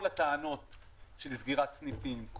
כל הטענות של סגירת סניפים,